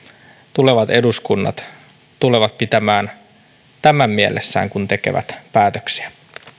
tulevat eduskunnat tulevat pitämään tämän mielessään kun tekevät päätöksiä